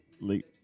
late